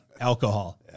Alcohol